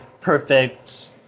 perfect